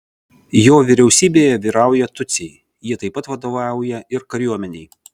jo vyriausybėje vyrauja tutsiai jie taip pat vadovauja ir kariuomenei